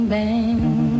Bang